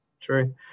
True